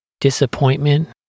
disappointment